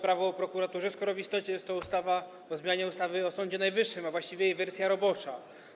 Prawo o prokuraturze, skoro w istocie jest to ustawa o zmianie ustawy o Sądzie Najwyższym, a właściwie jej wersja robocza?